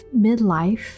midlife